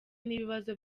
n’ibibazo